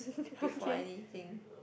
before anything